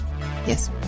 yes